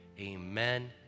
amen